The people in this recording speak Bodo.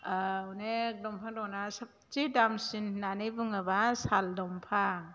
अनेख दंफां दंना सबसे दामसिन होननानै बुङोब्ला साल दंफां